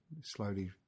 slowly